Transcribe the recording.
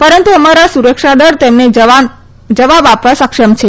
પરંતુ અમારા સુરક્ષાદળ તેમને જવાબ આપવા સક્ષમ છે